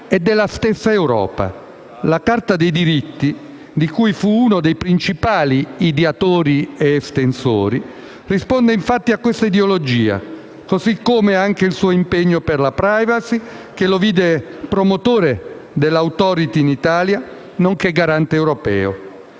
dell'Unione europea, di cui egli fu uno dei principali ideatori ed estensori, risponde infatti a questa ideologia, così come anche il suo impegno per la *privacy*, che lo vide promotore dell'*Authority* in Italia, nonché garante europeo.